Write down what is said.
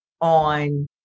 on